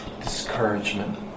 discouragement